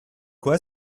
quoi